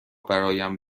برایم